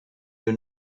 your